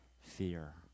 fear